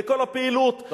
לכל הפעילות,